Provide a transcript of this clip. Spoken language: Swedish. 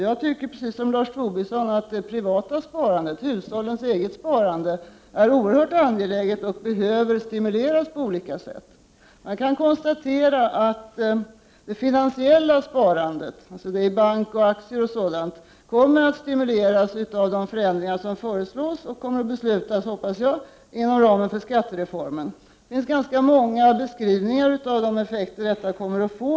Jag tycker, precis som Lars Tobisson, att det privata sparandet, hushållens eget sparande, är oerhört angeläget och behöver stimuleras på olika sätt. Man kan konstatera att det finansiella sparandet, dvs. sparande i kapital och aktier m.m., kommer att stimuleras av de förändringar som föreslås och skall beslutas, hoppas jag, inom ramen för skattereformen. Det finns ganska många beskrivningar av de effekter som detta kommer att få.